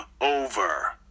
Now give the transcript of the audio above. over